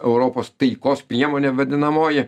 europos taikos priemonė vadinamoji